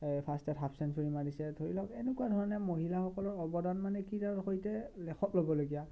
ফাৰ্ষ্টতে half century মাৰিছে ধৰি লওক এনেকুৱা ধৰণে মহিলাসকলৰ অৱদান মানে কি তেওঁৰ সৈতে লেখত ল'বলগীয়া